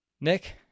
Nick